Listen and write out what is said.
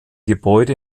gebäude